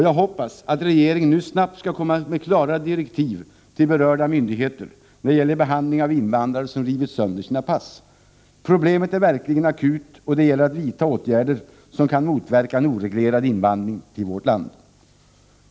Jag hoppas att regeringen nu snabbt skall komma med klara direktiv till berörda myndigheter när det gäller behandlingen av invandrare som har rivit sönder sina pass. Problemet är verkligen akut, och det gäller att vidta åtgärder som kan motverka en oreglerad invandring till vårt land.